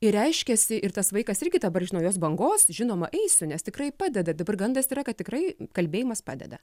ir reiškiasi ir tas vaikas irgi dabar iš naujos bangos žinoma eisiu nes tikrai padeda bet gandas yra kad tikrai kalbėjimas padeda